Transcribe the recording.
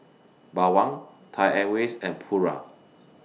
Bawang Thai Airways and Pura